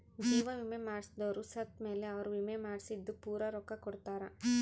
ಜೀವ ವಿಮೆ ಮಾಡ್ಸದೊರು ಸತ್ ಮೇಲೆ ಅವ್ರ ವಿಮೆ ಮಾಡ್ಸಿದ್ದು ಪೂರ ರೊಕ್ಕ ಕೊಡ್ತಾರ